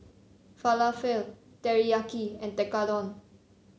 Falafel Teriyaki and Tekkadon